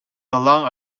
along